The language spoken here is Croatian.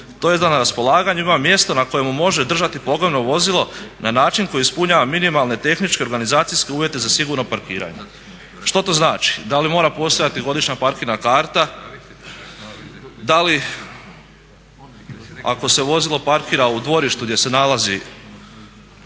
tj. da na raspolaganju ima mjesto na kojemu može držati pogrebno vozilo na način koji ispunjava minimalne, tehničke i organizacijske uvjete za sigurno parkiranje. Što to znači? Da li mora postojati godišnja parkirna karta? Da li ako se vozilo parkira u dvorištu gdje se nalazi